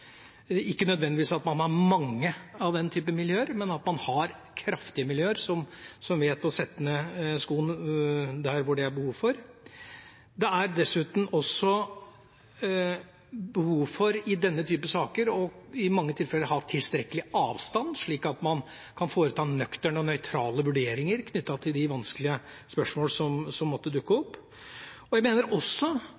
ikke nødvendigvis at man har mange av den typen miljøer, men at man har kraftige miljøer som vet å sette ned foten der hvor det er behov for det. Det er dessuten også behov for i denne type saker og i mange tilfeller å ha tilstrekkelig avstand slik at man kan foreta nøkterne og nøytrale vurderinger knyttet til de vanskelige spørsmålene som måtte dukke opp. Jeg mener også